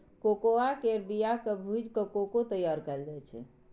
cocoa केर बिया केँ भूजि कय कोको तैयार कएल जाइ छै